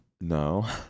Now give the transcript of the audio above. No